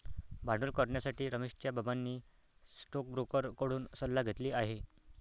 भांडवल करण्यासाठी रमेशच्या बाबांनी स्टोकब्रोकर कडून सल्ला घेतली आहे